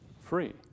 free